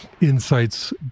insights